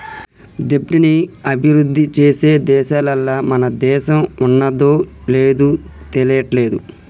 దెబ్ట్ ని అభిరుద్ధి చేసే దేశాలల్ల మన దేశం ఉన్నాదో లేదు తెలియట్లేదు